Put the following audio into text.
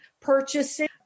purchasing